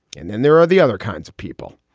and then there are the other kinds of people,